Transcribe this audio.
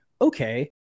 okay